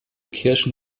kirchen